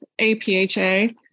APHA